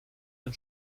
den